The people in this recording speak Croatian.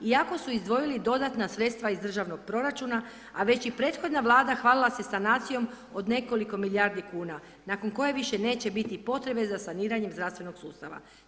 Iako su izdvojili dodatna sredstva iz državnog proračuna, a već i prethodna Vlada hvalila se sanacijom od nekoliko milijardi kuna nakon koje više neće biti potrebe za saniranjem zdravstvenog sustava.